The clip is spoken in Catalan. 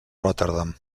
rotterdam